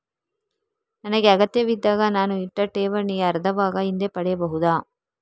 ನನಗೆ ಅಗತ್ಯವಿದ್ದಾಗ ನಾನು ಇಟ್ಟ ಠೇವಣಿಯ ಅರ್ಧಭಾಗ ಹಿಂದೆ ಪಡೆಯಬಹುದಾ?